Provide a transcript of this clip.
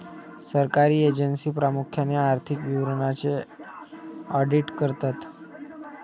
सरकारी एजन्सी प्रामुख्याने आर्थिक विवरणांचे ऑडिट करतात